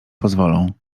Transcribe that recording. pozwolą